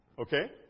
Okay